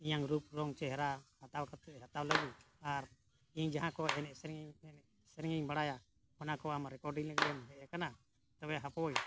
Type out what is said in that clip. ᱤᱧᱟᱹᱜ ᱨᱩᱯ ᱨᱚᱝ ᱪᱮᱦᱨᱟ ᱦᱟᱛᱟᱣ ᱠᱟᱛᱮᱫ ᱦᱟᱛᱟᱣ ᱞᱟᱹᱜᱤᱫ ᱟᱨ ᱤᱧ ᱡᱟᱦᱟᱸ ᱠᱚ ᱮᱱᱮᱡ ᱥᱮᱨᱮᱧ ᱮᱱᱮᱡ ᱥᱮᱨᱮᱧᱤᱧ ᱵᱟᱲᱟᱭᱟ ᱚᱱᱟ ᱠᱚ ᱟᱢ ᱨᱮᱠᱚᱨᱰᱤᱝ ᱞᱟᱹᱜᱤᱫ ᱮᱢ ᱦᱮᱡ ᱟᱠᱟᱱᱟ ᱛᱚᱵᱮ ᱦᱟᱯᱳᱭ